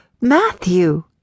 Matthew